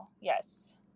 Yes